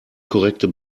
korrekte